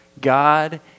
God